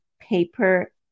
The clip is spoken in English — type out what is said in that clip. paper